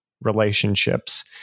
relationships